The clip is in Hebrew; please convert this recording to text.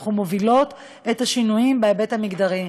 אנחנו מובילות את השינויים בהיבט המגדרי.